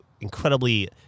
incredibly